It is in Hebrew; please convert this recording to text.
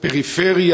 פריפריה,